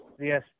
Yes